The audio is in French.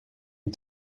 une